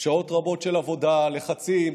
שעות רבות של עבודה, לחצים.